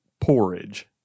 porridge